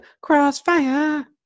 crossfire